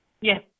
Yes